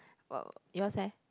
what were yours leh